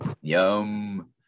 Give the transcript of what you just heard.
yum